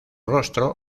rostro